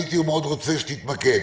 הייתי מאוד רוצה שתתמקד.